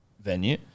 venue